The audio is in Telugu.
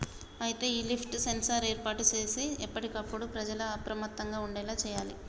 అయితే ఈ లిఫ్ట్ సెన్సార్ ఏర్పాటు సేసి ఎప్పటికప్పుడు ప్రజల అప్రమత్తంగా ఉండేలా సేయాలి